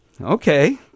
Okay